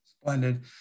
Splendid